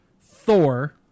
Thor